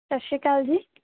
ਸਤਿ ਸ਼੍ਰੀ ਅਕਾਲ ਜੀ